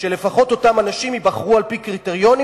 שלפחות אותם אנשים ייבחרו על-פי קריטריונים,